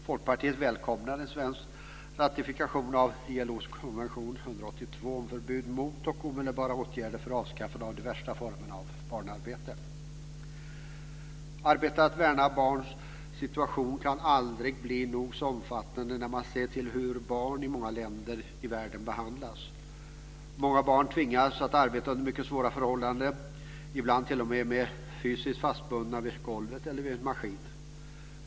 Folkpartiet välkomnar en svensk ratifikation av Arbetet med att värna barns situation kan aldrig bli nog omfattande, när man ser till hur barn i många länder i världen behandlas. Många barn tvingas att arbeta under mycket svåra förhållanden, ibland t.o.m. fysiskt fastbundna vid golvet eller vid en maskin.